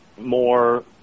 more